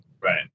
Right